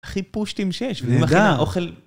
הכי פושטים שיש, ומכינה אוכל...